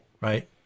Right